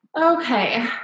Okay